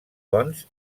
doncs